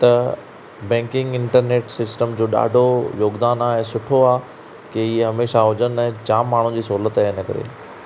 त banking internet system जो ॾाढो योगदान आहे ऐं सुठो आहे कि इहे हमेशह हुजनि ऐं जाम माण्हुनि जी सहुलियत ऐं हिन करे